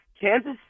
Kansas